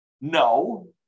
no